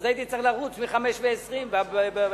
אז הייתי צריך לרוץ מ-05:20 בבתי-הכנסת.